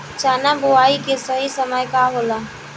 चना बुआई के सही समय का होला?